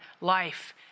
life